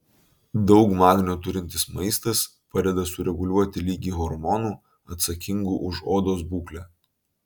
daug magnio turintis maistas padeda sureguliuoti lygį hormonų atsakingų už odos būklę